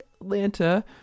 Atlanta